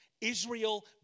Israel